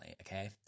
okay